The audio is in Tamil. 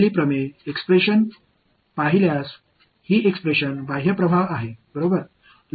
எனவே நான் இங்கு எழுதிய தேற்றத்தின் வெளிப்பாட்டை நீங்கள் பார்த்தால் இந்த வெளிப்பாடு வெளிப்புற ஃப்ளக்ஸ்